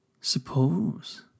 Suppose